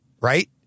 right